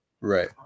Right